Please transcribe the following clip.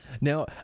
Now